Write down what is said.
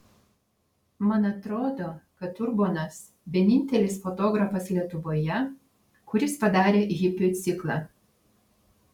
man atrodo kad urbonas vienintelis fotografas lietuvoje kuris padarė hipių ciklą